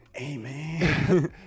Amen